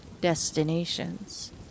destinations